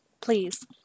Please